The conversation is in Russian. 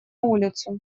улицу